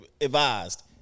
advised